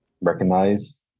recognize